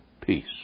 peace